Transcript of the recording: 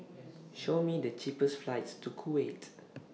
Show Me The cheapest flights to Kuwait